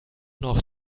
noch